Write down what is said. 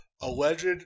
alleged